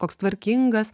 koks tvarkingas